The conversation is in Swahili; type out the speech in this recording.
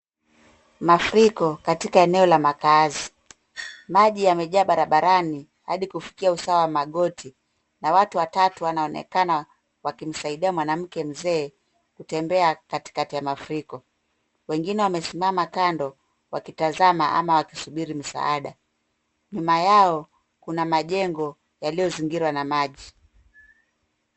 Mafuriko katika eneo la makaazi. Maji yamejaa barabarani hadi kufikia usawa wa magoti. Watu watatu wanaonekana wakimsaidia mwanamke mzee kutembea katikati ya mafuriko. Wengine wamesimama kando wakitazama ama wakisubiri msaada nyuma yao kuna majengo yaliyo zingirwa na maji.